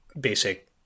basic